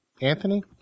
Anthony